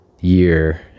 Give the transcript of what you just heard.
year